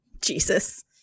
Jesus